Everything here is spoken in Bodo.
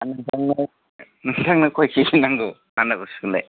नोंथांनो कय केजि नांगौ बान्दा कपिखौलाय